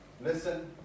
listen